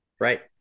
Right